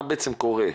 מה בעצם קורה?